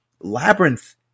Labyrinth